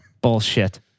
Bullshit